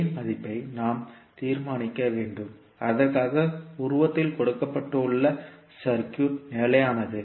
K இன் மதிப்பை நாம் தீர்மானிக்க வேண்டும் அதற்காக உருவத்தில் கொடுக்கப்பட்டுள்ள சர்க்யூட் நிலையானது